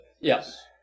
Yes